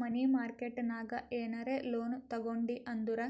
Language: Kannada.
ಮನಿ ಮಾರ್ಕೆಟ್ ನಾಗ್ ಏನರೆ ಲೋನ್ ತಗೊಂಡಿ ಅಂದುರ್